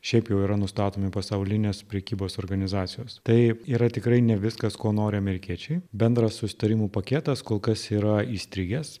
šiaip jau yra nustatomi pasaulinės prekybos organizacijos tai yra tikrai ne viskas ko nori amerikiečiai bendras susitarimų paketas kol kas yra įstrigęs